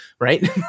right